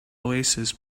oasis